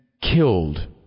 killed